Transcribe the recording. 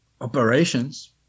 operations